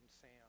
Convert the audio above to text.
Sam